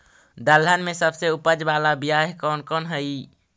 दलहन में सबसे उपज बाला बियाह कौन कौन हइ?